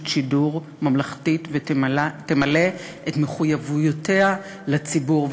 שידור ממלכתית ותמלא את מחויבויותיה לציבור.